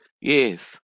Yes